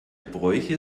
bräuche